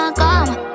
come